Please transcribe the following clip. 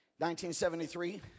1973